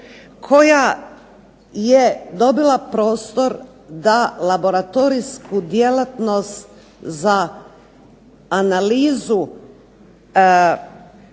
koja je dobila prostor da laboratorijsku djelatnost za analizu